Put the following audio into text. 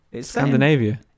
Scandinavia